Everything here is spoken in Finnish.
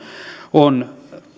on